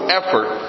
effort